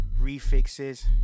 refixes